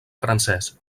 francès